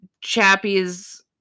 Chappie's